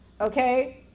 okay